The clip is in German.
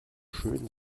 schön